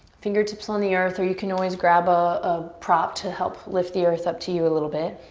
fingertips on the earth or you can always grab ah a prop to help lift the earth up to you a little bit.